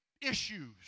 issues